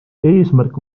eesmärk